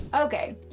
Okay